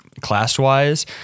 class-wise